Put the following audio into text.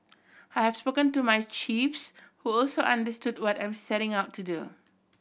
I have spoken to my chiefs who also understood what I'm setting out to do